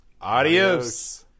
adios